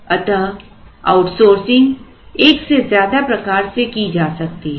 अतः आउटसोर्सिंग एक से ज्यादा प्रकार से की जा सकती है